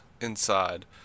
inside